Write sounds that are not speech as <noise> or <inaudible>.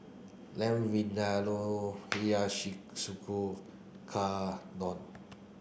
Lamb Vindaloo Hiyashi <unintelligible>